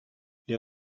les